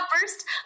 first